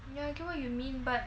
ya I get what you mean but